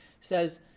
says